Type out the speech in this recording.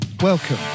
Welcome